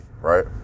right